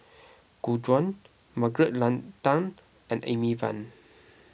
Gu Juan Margaret Leng Tan and Amy Van